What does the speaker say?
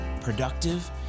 productive